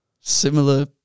Similar